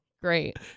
Great